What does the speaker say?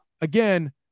again